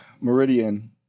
Meridian